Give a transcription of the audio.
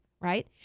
Right